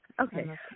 okay